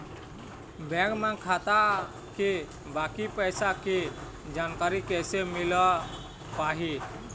Bank म खाता के बाकी पैसा के जानकारी कैसे मिल पाही?